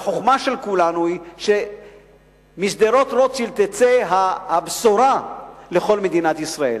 החוכמה של כולנו היא שמשדרות-רוטשילד תצא הבשורה לכל מדינת ישראל.